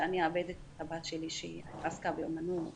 שאני אאבד את הבת שלי שעסקה באומנות ובמוזיקה,